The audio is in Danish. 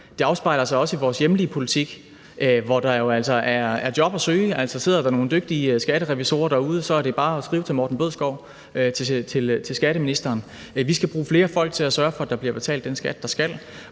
Det afspejler sig også i vores hjemlige politik, hvor der jo altså er job at søge. Altså, sidder der nogle dygtige skatterevisorer derude, så er det bare at skrive til skatteministeren. Vi skal bruge flere folk til at sørge for, at der bliver betalt den skat, der skal